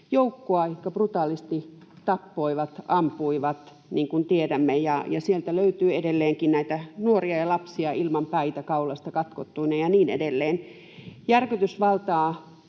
joukkoja, jotka brutaalisti tappoivat, ampuivat, niin kuin tiedämme. Sieltä löytyy edelleenkin näitä nuoria ja lapsia ilman päitä, kaulasta katkottuina, ja niin edelleen. Järkytys valtaa